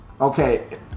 Okay